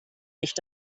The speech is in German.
nicht